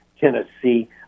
Tennessee